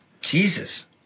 Jesus